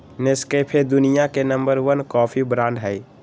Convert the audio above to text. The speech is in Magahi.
नेस्कैफे दुनिया के नंबर वन कॉफी ब्रांड हई